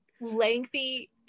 lengthy